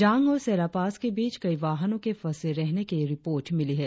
जांग और सेला पास के बीच कई वाहनों के फंसे रहने की रिपोर्ट मिली है